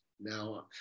now